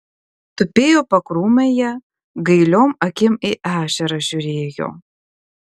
tupėjo pakrūmėje gailiom akim į ežerą žiūrėjo